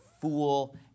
fool